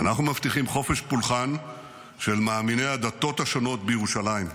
אנחנו מבטיחים חופש פולחן של מאמיני הדתות השונות בירושלים.